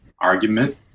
argument